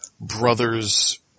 brother's